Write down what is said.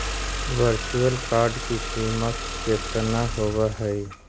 virtual card की सीमा केतना होवअ हई